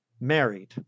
married